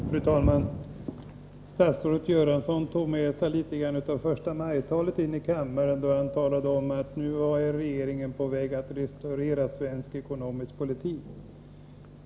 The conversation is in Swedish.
Fru talman! Statsrådet Göransson tog med sig litet av första majtalet in i kammaren när han talade om att nu är regeringen på väg att restaurera svensk ekonomisk politik.